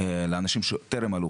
לאנשים שטרם עלו.